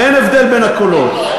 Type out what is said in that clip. ואין הבדל בין הקולות.